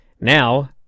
Now